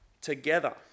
together